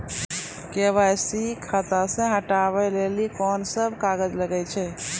KYC खाता से हटाबै लेली कोंन सब कागज लगे छै?